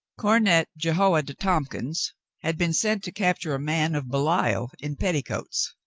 cornet jehoiada tompkins had been sent to capture a man of belial in petticoats,